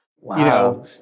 Wow